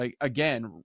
Again